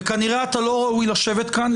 וכנראה אתה לא ראוי לשבת כאן.